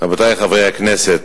רבותי חברי הכנסת,